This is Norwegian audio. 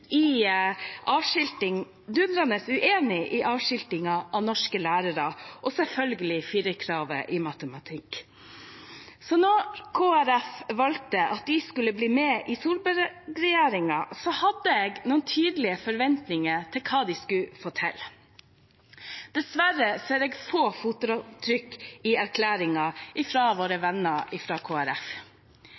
har vært dundrende uenig i avskiltingen av norske lærere og selvfølgelig firerkravet i matematikk. Så da Kristelig Folkeparti valgte å bli med i Solberg-regjeringen, hadde jeg noen tydelige forventninger til hva de skulle få til. Dessverre ser jeg få fotavtrykk i erklæringen fra våre venner